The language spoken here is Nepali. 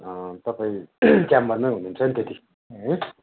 तपाईँ च्याम्बरमै हुनुहुन्छ नि त त्यतिखेर है